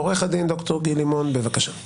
עורך הדין ד"ר גיל לימון, בבקשה.